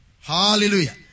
Hallelujah